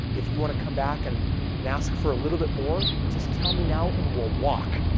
if you want to come back and and ask for a little bit more, just tell me now and we'll walk.